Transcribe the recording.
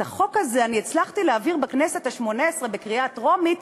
את החוק הזה הצלחתי להעביר בכנסת השמונה-עשרה בקריאה הטרומית,